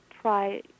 try